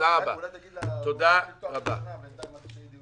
אולי לא לפתוח את השנה עד שיהיה דיון המשך.